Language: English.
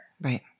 Right